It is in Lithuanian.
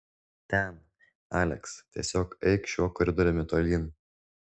ten aleks tiesiog eik šiuo koridoriumi tolyn